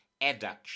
adduction